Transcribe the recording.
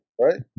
right